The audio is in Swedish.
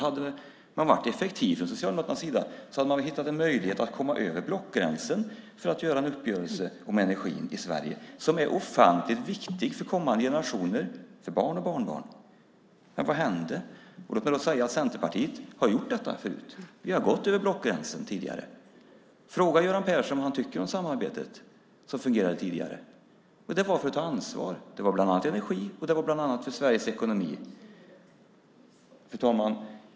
Hade man varit effektiv från Socialdemokraternas sida hade man hittat en möjlighet att komma över blockgränsen för att göra en uppgörelse om energin i Sverige, som är ofantligt viktig för kommande generationer, för barn och barnbarn. Ja, vad hände? Låt mig då säga att Centerpartiet har gjort detta förut. Vi har gått över blockgränsen tidigare. Fråga Göran Persson vad han tycker om samarbetet som fungerade tidigare! Det gjorde vi för att ta ansvar. Det gällde bland annat energi och Sveriges ekonomi. Fru talman!